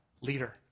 leader